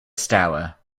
stour